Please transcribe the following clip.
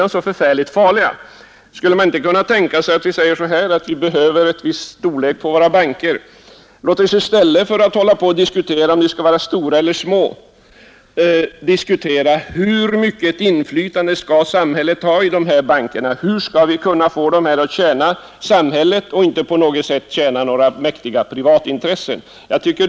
Men låt oss i stället för att diskutera, huruvida bankerna skall vara stora eller små, ta upp frågan om vilket inflytande samhället skall ha i dessa banker och hur vi skall få dem att tjäna samhället och inte några mäktiga privatintressen.